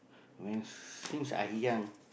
when since I young